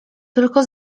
tylko